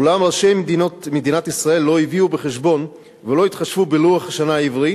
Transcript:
אולם ראשי מדינת ישראל לא הביאו בחשבון ולא התחשבו בלוח השנה העברי,